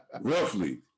Roughly